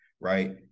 right